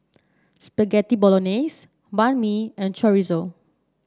Spaghetti Bolognese Banh Mi and Chorizo